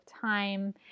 time